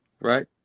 right